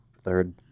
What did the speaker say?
third